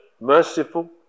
merciful